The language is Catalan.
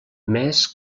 més